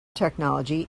technology